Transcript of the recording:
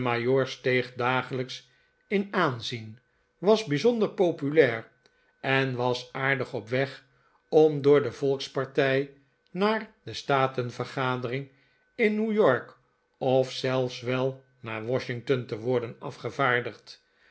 dagelijks in aanzien was bijzonder populair en was aardig op weg om door de volkspartij naar de statenvergadering in new york of zelfs wel naar washington te worden afgevaardigd